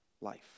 life